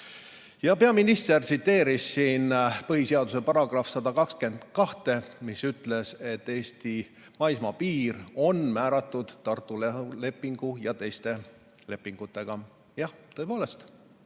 ole. Peaminister tsiteeris siin põhiseaduse § 122, mis ütleb, et Eesti maismaapiir on määratud Tartu rahulepingu ja teiste lepingutega. Jah, tõepoolest,